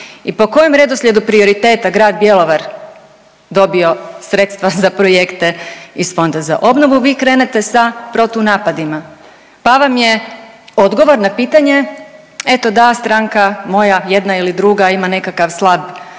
i po kojem redoslijedu prioriteta grad Bjelovar dobio sredstva za projekte iz Fonda za obnovu vi krenete sa protunapadima, pa vam je odgovor na pitanje eto da stranka moja jedna ili druga ima nekakav slab